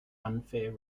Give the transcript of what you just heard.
unfair